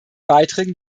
beiträgen